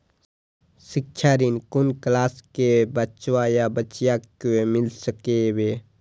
शिक्षा ऋण कुन क्लास कै बचवा या बचिया कै मिल सके यै?